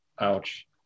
ouch